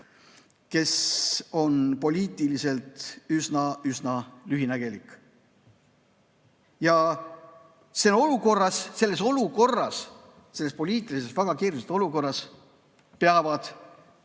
olnud] poliitiliselt üsna-üsna lühinägelik. Selles olukorras, selles poliitiliselt väga keerulises olukorras peavad